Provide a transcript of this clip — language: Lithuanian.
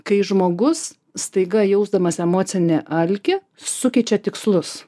kai žmogus staiga jausdamas emocinį alkį sukeičia tikslus